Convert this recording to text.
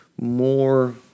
more